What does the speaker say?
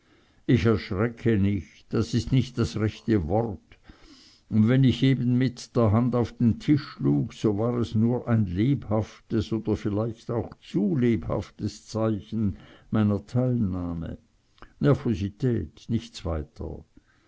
ich erschrecke nicht das ist nicht das rechte wort und wenn ich eben mit der hand auf den tisch schlug so war es nur ein lebhaftes oder vielleicht auch zu lebhaftes zeichen meiner teilnahme nervosität nichts weiter